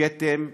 כתם שחור,